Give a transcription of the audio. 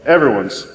Everyone's